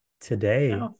today